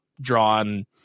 drawn